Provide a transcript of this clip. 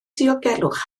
diogelwch